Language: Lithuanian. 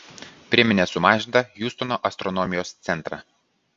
priminė sumažintą hjustono astronomijos centrą